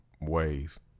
ways